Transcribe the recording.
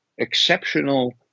exceptional